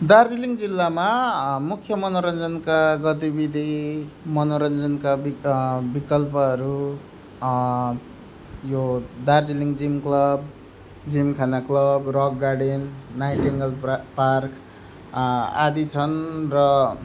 दार्जिलिङ जिल्लामा मुख्य मनोरञ्जनका गतिविधि मनोरञ्जनका विकल्पहरू यो Darjeeling gym club Gymkhana club rock garden nightingale परा पार्क आदि छन् र